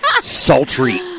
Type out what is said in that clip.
sultry